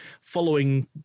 following